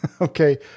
Okay